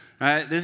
right